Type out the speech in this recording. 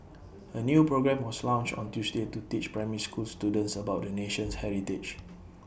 A new programme was launched on Tuesday to teach primary school students about the nation's heritage